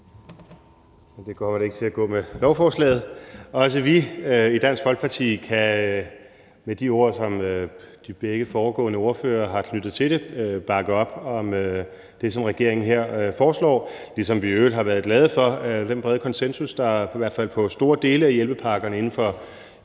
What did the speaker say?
Messerschmidt (DF): Tak, formand. Også vi i Dansk Folkeparti kan med de ord, som begge de foregående ordførere har knyttet til det, bakke op om det, som regeringen her foreslår, ligesom vi i øvrigt har været glade for den brede konsensus, som der i hvert fald i forhold til store dele af hjælpepakkerne inden for